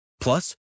Plus